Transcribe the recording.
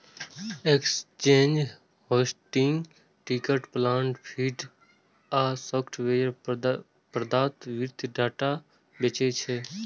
exchange, hosting, ticker plant feed आ software प्रदाता वित्तीय डाटा बेचै छै